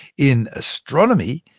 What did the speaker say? in astronomy,